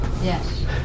yes